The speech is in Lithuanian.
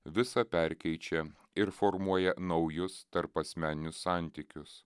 visą perkeičia ir formuoja naujus tarpasmeninius santykius